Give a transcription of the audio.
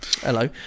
Hello